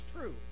true